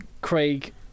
Craig